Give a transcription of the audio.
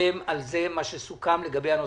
ואלחם על מה שסוכם לגבי נצרת.